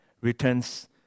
returns